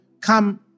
come